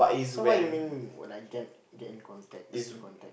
so what you mean when I can get in contacts keep contact